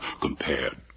compared